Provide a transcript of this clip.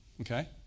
Okay